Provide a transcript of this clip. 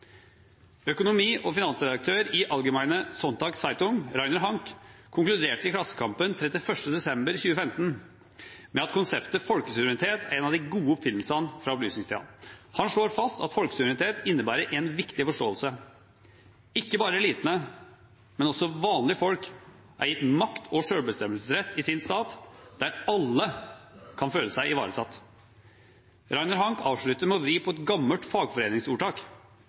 Økonomi- og finansredaktør i Frankfurter Allgemeine Sonntagszeitung, Rainer Hank, konkluderte i Klassekampen den 31. desember 2015 med at konseptet folkesuverenitet er en av de gode oppfinnelsene fra opplysningstiden. Han slår fast at folkesuverenitet innebærer en viktig forståelse: «Ikke bare elitene, også vanlige folk er gitt makt og selvbestemmelsesrett i sin stat, der alle kan føle seg ivaretatt.» Rainer Hank avslutter med å vri på et gammelt